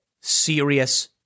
serious